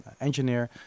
engineer